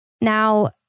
Now